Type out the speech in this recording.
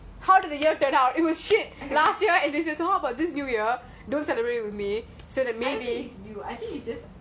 the day before also